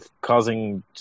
causing